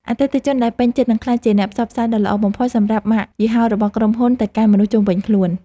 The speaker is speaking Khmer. អតិថិជនដែលពេញចិត្តនឹងក្លាយជាអ្នកផ្សព្វផ្សាយដ៏ល្អបំផុតសម្រាប់ម៉ាកយីហោរបស់ក្រុមហ៊ុនទៅកាន់មនុស្សជុំវិញខ្លួន។